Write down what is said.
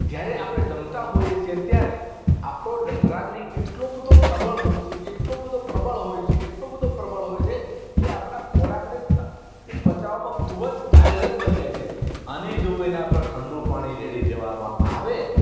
જ્યારે આપણે જમતા હોઈએ છે ત્યારે આપણો જઠરાગ્નિ એટલો બધો પ્રબળ હોય છે એટલો બધો પ્રબળ હોય છે એટલો બધો પ્રબળ હોય છે કે આપણા ખોરાકને એ પચવામાં ખૂબ જ કાર્યરત બની જાય છે અને જો એના પર ઠંડો પાણી રેડી દેવામાં આવે